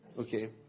Okay